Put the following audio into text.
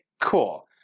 Cool